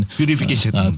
purification